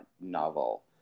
novel